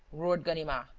roared ganimard,